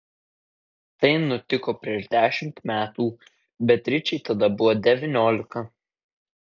tai nutiko prieš dešimt metų beatričei tada buvo devyniolika